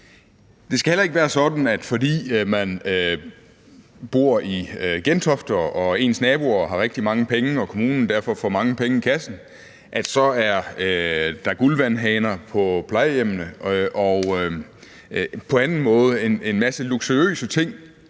Det skal heller ikke være sådan, at fordi man bor i Gentofte og ens naboer har rigtig mange penge, og kommunen derfor får mange penge i kassen, så er der guldvandhaner på plejehjemmene, og man har på anden måde har masse luksuriøse ting,